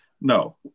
No